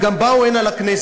הם גם באו הנה לכנסת.